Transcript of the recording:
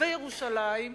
וירושלים,